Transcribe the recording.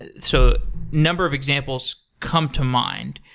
and so number of examples come to mind.